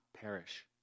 perish